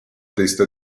testa